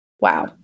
wow